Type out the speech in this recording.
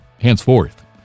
henceforth